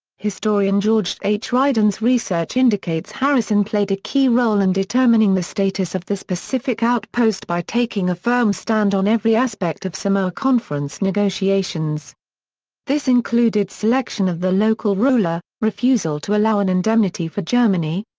historian george h. ryden's research indicates harrison played a key role in determining the status of this pacific outpost by taking a firm stand on every aspect of samoa conference negotiations this included selection of the local ruler, refusal to allow an indemnity for germany,